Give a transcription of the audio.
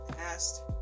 asked